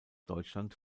deutschland